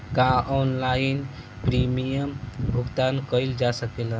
का online premium भुगतान कईल जा सकेला?